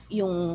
yung